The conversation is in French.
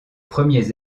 premiers